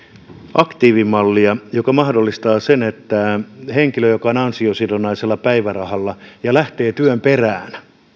aktiivimallia joka mahdollistaa sen että henkilö joka on ansiosidonnaisella päivärahalla ja lähtee työn perään